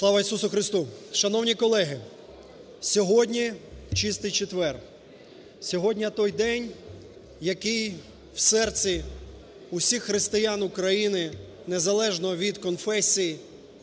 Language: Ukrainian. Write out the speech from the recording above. Слава Ісусу Христу! Шановні колеги! Сьогодні Чистий четвер. Сьогодні той день, який в серці усіх християн України, незалежно від конфесій,